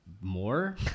more